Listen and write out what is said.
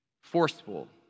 forceful